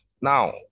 Now